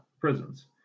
prisons